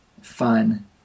fun